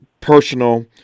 personal